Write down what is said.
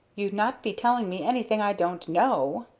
you'd not be telling me anything i don't know.